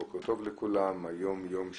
בוקר טוב לכולם, היום יום שני,